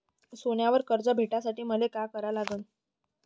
सोन्यावर कर्ज भेटासाठी मले का करा लागन?